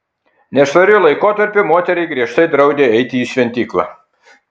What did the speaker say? nešvariu laikotarpiu moteriai griežtai draudė įeiti į šventyklą